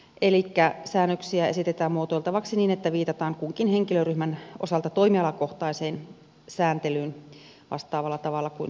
elikkä säännöksiä esitetään muotoiltavaksi niin että viitataan kunkin henkilöryhmän osalta toimialakohtaiseen sääntelyyn vastaavalla tavalla kuin voimakeinoissa